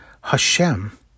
Hashem